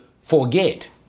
forget